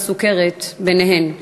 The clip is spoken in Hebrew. והסוכרת ביניהן.